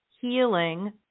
Healing